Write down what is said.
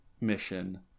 mission